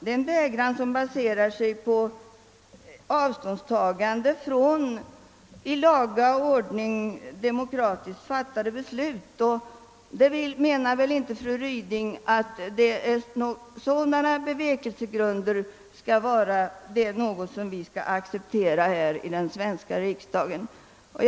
Detta är en vägran att rätta sig efter ett i laga demokratisk ordning fattat beslut, och fru Ryding menar väl inte att den svenska riksdagen skall acceptera sådana bevekelsegrunder?